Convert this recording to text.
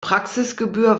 praxisgebühr